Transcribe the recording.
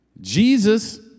Jesus